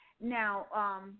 Now